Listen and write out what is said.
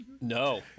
No